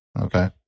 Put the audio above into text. Okay